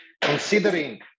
Considering